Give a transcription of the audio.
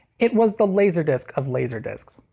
it was the laserdisc of laserdiscs.